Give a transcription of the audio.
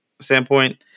standpoint